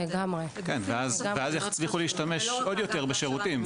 כן ואז יצליחו להשתמש עוד יותר בשירותים,